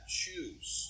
choose